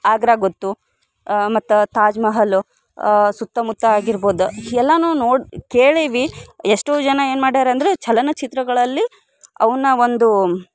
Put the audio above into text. ಆಗ್ರಾ ಗೊತ್ತು ಮತ್ತು ತಾಜ್ಮಹಲ್ ಸುತ್ತಮುತ್ತ ಆಗಿರ್ಬೋದು ಎಲ್ಲವೂ ನೋಡಿ ಕೇಳೀವಿ ಎಷ್ಟೋ ಜನ ಏನು ಮಾಡ್ಯಾರ ಅಂರೆ ಚಲನಚಿತ್ರಗಳಲ್ಲಿ ಅವನ ಒಂದು